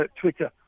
Twitter